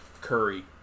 Curry